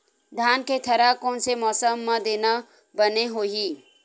धान के थरहा कोन से मौसम म देना बने होही?